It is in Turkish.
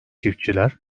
çiftçiler